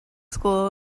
school